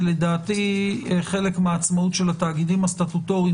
ולדעתי חלק מהעצמאות של התאגידים הסטטוטוריים